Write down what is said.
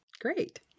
Great